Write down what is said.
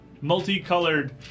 multicolored